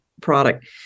product